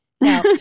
No